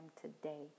today